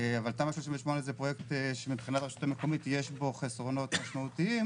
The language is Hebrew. אבל תמ"א 38 הוא פרויקט שמבחינת הרשות המקומית יש בו חסרונות משמעותיים,